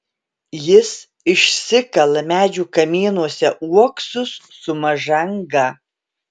jis išsikala medžių kamienuose uoksus su maža anga